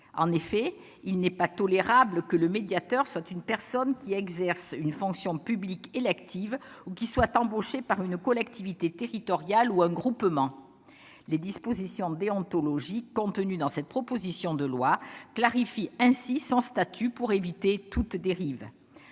En effet, il n'est pas tolérable que le médiateur soit une personne qui exerce une fonction publique élective ou qui soit embauchée par une collectivité territoriale ou un groupement. Les dispositions déontologiques contenues dans cette proposition de loi clarifient ainsi son statut, pour éviter toute dérive.